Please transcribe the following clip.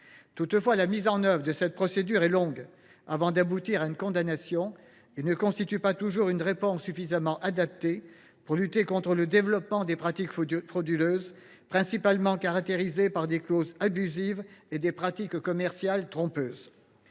Toutefois, cette procédure est longue avant d’aboutir à une condamnation et ne constitue pas toujours une réponse suffisamment adaptée pour lutter contre le développement des pratiques frauduleuses, principalement caractérisées par des clauses abusives et des pratiques commerciales trompeuses.